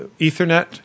Ethernet